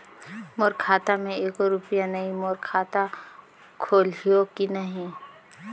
मोर खाता मे एको रुपिया नइ, मोर खाता खोलिहो की नहीं?